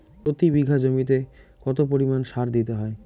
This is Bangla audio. প্রতি বিঘা জমিতে কত পরিমাণ সার দিতে হয়?